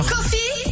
Coffee